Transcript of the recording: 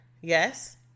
Yes